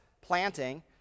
planting